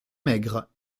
maigre